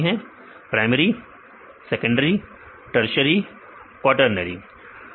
विद्यार्थी primary primary की तरह विद्यार्थी सेकेंडरी सेकेंडरी विद्यार्थी टर्सरी टर्सरी विद्यार्थी क्वार्टनरि और क्वार्टनरि